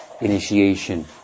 initiation